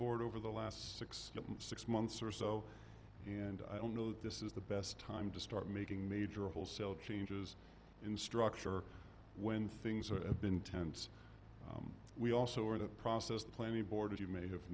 board over the last six six months or so and i don't know that this is the best time to start making major wholesale changes in structure when things are a been tense we also are in the process of planning board as you may have